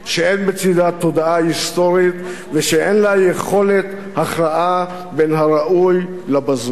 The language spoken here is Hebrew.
שאין בצדה תודעה היסטורית ושאין לה יכולת הכרעה בין הראוי לבזוי,